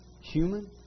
human